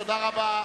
תודה רבה.